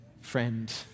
friend